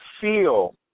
feel